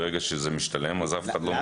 ברגע שזה משתלם אז אף אחד לא מורתע.